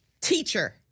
Teacher